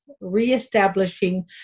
reestablishing